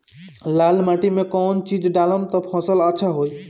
लाल माटी मे कौन चिज ढालाम त फासल अच्छा होई?